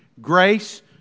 grace